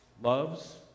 loves